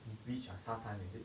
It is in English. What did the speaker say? beach ah 沙滩 is it